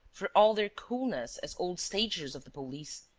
for all their coolness as old stagers of the police,